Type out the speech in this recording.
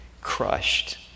crushed